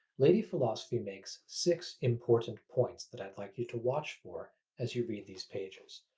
lady philosophy makes six important points that i'd like you to watch for as you read these pages.